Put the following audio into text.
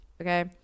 Okay